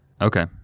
Okay